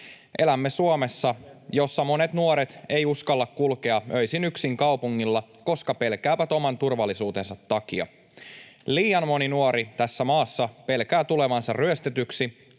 Elämme Suomessa, jossa monet nuoret eivät uskalla kulkea öisin yksin kaupungilla, koska pelkäävät oman turvallisuutensa takia. Liian moni nuori tässä maassa pelkää tulevansa ryöstetyksi,